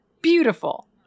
Beautiful